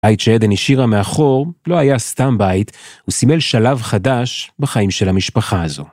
הבית שעדן השאירה מאחור, לא היה סתם בית, הוא סימל שלב חדש בחיים של המשפחה הזו.